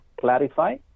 clarify